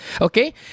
Okay